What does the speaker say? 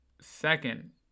second